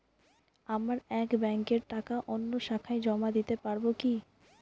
আমার এক ব্যাঙ্কের টাকা অন্য শাখায় জমা দিতে পারব কি?